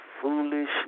foolish